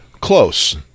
Close